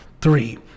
three